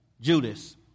Judas